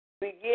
begin